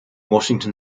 washington